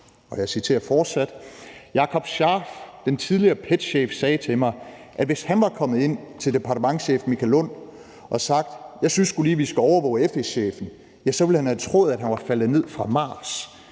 »Jakob Scharf, den tidligere PET-chef, sagde til mig, at hvis han var kommet ind til Michael Lunn, sin gamle departementschef, og havde sagt: »Jeg synes sgu, vi skal overvåge FE-chefen«, så ville han have troet, han var faldet ned fra Mars.